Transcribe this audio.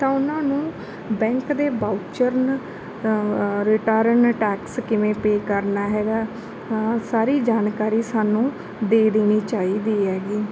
ਤਾਂ ਉਹਨਾਂ ਨੂੰ ਬੈਂਕ ਦੇ ਬਾਊਚਰ ਰਿਟਰਨ ਟੈਕਸ ਕਿਵੇਂ ਪੇ ਕਰਨਾ ਹੈਗਾ ਸਾਰੀ ਜਾਣਕਾਰੀ ਸਾਨੂੰ ਦੇ ਦੇਣੀ ਚਾਹੀਦੀ ਹੈਗੀ